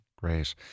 Great